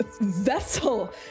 vessel